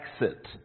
exit